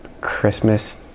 Christmas